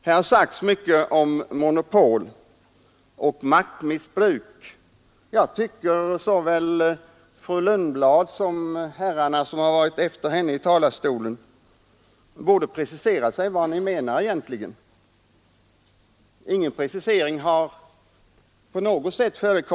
Här har talats mycket om monopol och maktmissbruk. Jag tycker att såväl fru Lundblad som de herrar som talat efter henne borde precisera vad de egentligen menar. Ingen precisering har gjorts.